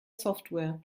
software